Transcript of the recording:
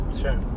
Sure